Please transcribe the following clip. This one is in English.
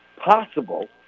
possible